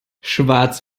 schwarz